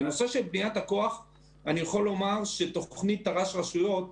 בנושא של בניית הכוח תוכנית תר"ש רשויות,